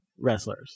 wrestlers